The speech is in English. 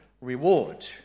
reward